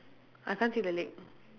I can't see the leg